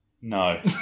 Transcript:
No